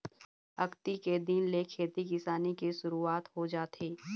अक्ती के दिन ले खेती किसानी के सुरूवात हो जाथे